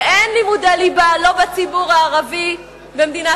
ואין לימודי ליבה לא בציבור הערבי במדינת